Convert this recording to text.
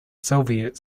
soviet